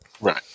Right